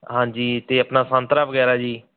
ਹਾਂਜੀ ਅਤੇ ਆਪਣਾ ਸੰਤਰਾ ਵਗੈਰਾ ਜੀ